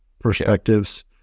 perspectives